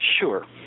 Sure